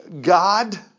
God